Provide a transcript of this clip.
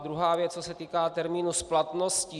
Druhá věc se týká termínů splatnosti.